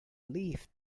leaf